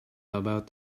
about